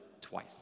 twice